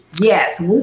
Yes